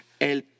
El